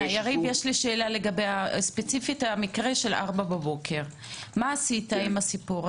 יש לי שאלה ספציפית על המקרה הזה, מה עשית אתו?